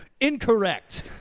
Incorrect